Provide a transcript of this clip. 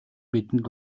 бидэнд